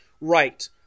Right